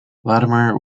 latimer